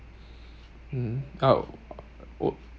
mm oh oh